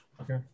Okay